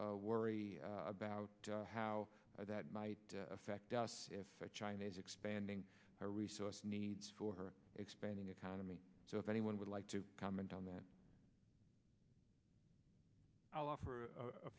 worry about how that might affect us if china is expanding our resource needs for her expanding economy so if anyone would like to comment on that i'll offer